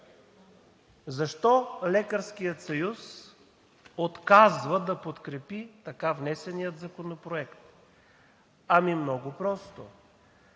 Защо Лекарският съюз отказва да подкрепи така внесения законопроект? Много просто